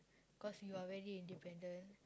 cause you are very independent